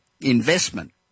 investment